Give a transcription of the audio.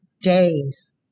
days